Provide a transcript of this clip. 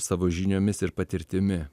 savo žiniomis ir patirtimi